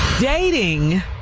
Dating